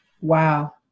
Wow